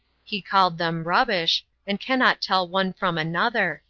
he called them rubbish, and cannot tell one from another,